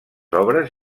obres